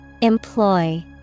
Employ